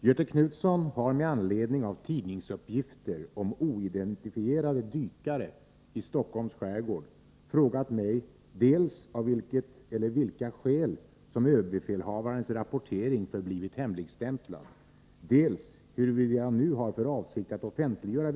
Såväl försvarsstaben som en talesman för försvarsdepartementet har bekräftat tidningsuppgifter om att oidentifierade grodmän iakttagits vid en militär anläggning i Stockholms skärgård. Iakttagelserna skulle ha gjorts tidigt i fjol höstas.